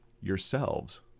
yourselves